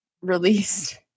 released